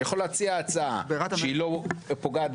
אני יכול להציע הצעה שהיא לא פוגעת